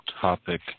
topic